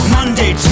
Monday